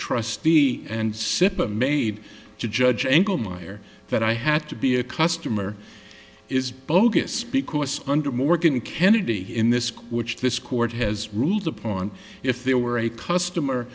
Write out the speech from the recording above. trustee and cipla made to judge engle meyer that i had to be a customer is bogus because under morgan kennedy in this which this court has ruled upon if there were a customer